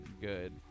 good